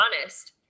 honest